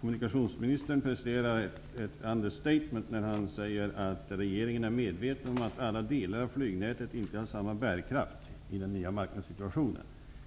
Kommunikationsministern presterar ett ''understatement'' när han säger att regeringen är medveten om att alla delar av flygnätet inte har samma bärkraft i den nya marknadssituationen.